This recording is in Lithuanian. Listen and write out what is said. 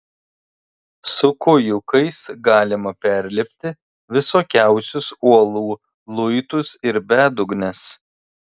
su kojūkais galima perlipti visokiausius uolų luitus ir bedugnes